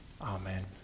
Amen